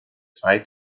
zwei